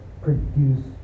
produce